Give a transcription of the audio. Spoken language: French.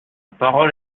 parole